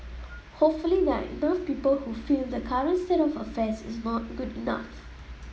hopefully there are enough people who feel the current state of affairs is not good enough